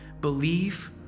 believe